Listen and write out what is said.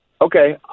Okay